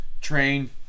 Train